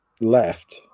left